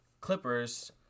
Clippers